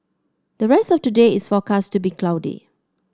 the rest of today is forecast to be cloudy